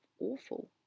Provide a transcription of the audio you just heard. awful